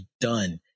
done